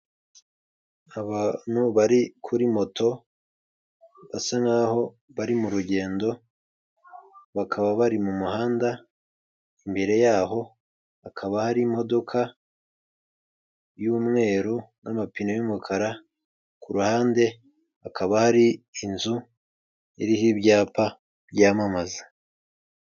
Abantu bari kuri moto basa nkaho bari mu rugendo bakaba bari mu muhanda, imbere yaho hakaba hari imodoka y'umweru n'amapine y'umukara ku ruhande hakaba hari inzu iriho ibyapa byamamaza.